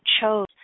chose